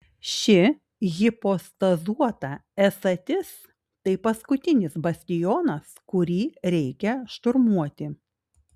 ši hipostazuota esatis tai paskutinis bastionas kurį reikia šturmuoti